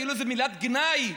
כאילו אלו מילות גנאי,